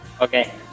okay